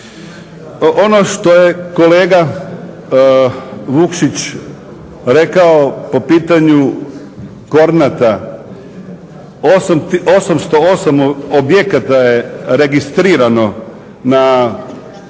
Ono što je kolega Vukšić rekao po pitanju Kornata 808 objekata je registrirano u Parku